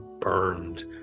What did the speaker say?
burned